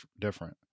different